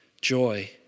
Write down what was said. joy